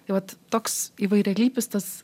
tai va toks įvairialypis tas